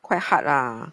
quite hard lah